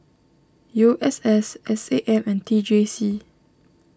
U S S S A M and T J C